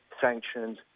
sanctions